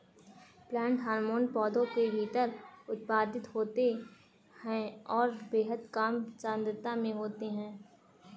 plant hormone पौधों के भीतर उत्पादित होते हैंऔर बेहद कम सांद्रता में होते हैं